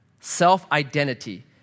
self-identity